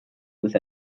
with